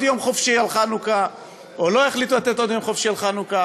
יום חופשי על חנוכה או לא החליטו לתת עוד יום חופשי על חנוכה.